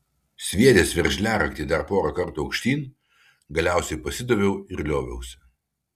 sviedęs veržliaraktį dar pora kartų aukštyn galiausiai pasidaviau ir lioviausi